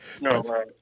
No